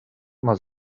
immer